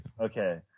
Okay